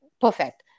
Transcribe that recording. perfect